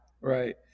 right